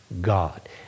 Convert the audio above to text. God